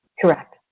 correct